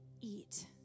eat